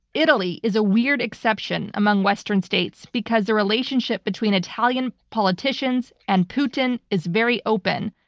italy is a weird exception among western states because the relationship between italian politicians and putin is very open.